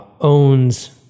owns